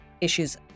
issues